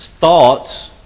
Thoughts